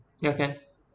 ya can